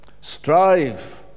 Strive